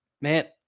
man